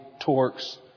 Torx